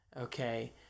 Okay